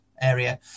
area